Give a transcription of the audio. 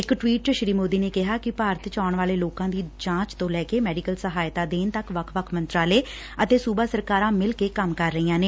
ਇਕ ਟਵੀਟ ਚ ਸ੍ਰੀ ਮੋਦੀ ਨੇ ਕਿਹਾ ਕਿ ਭਾਰਤ ਚ ਆਉਣ ਵਾਲੇ ਲੋਕਾਂ ਦੀ ਜਾਂਚ ਤੋਂ ਲੈ ਕੇ ਮੈਡੀਕਲ ਸਹਾਇਤਾ ਦੇਣ ਤੱਕ ਵੱਖ ਵੱਖ ਮੰਤਰਾਲੇ ਅਤੇ ਸੁਬਾ ਸਰਕਾਰਾਂ ਮਿਲ ਕੇ ਕੰਮ ਕਰ ਰਹੀਆਂ ਨੇ